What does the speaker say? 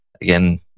again